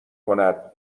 کند